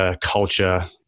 culture